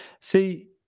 see